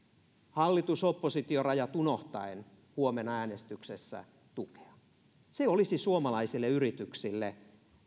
hallitus oppositio rajat unohtaen huomenna äänestyksessä tukea se olisi suomalaisille yrityksille